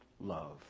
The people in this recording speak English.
love